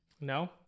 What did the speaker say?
No